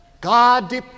God